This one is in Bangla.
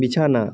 বিছানা